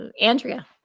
Andrea